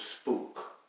spook